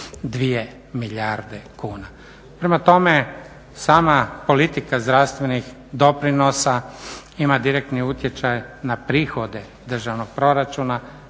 milijarde kuna. Prema tome, sama politika zdravstvenih doprinosa ima direktni utjecaj na prihode državnog proračuna